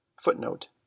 Footnote